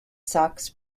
sox